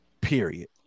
Period